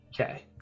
okay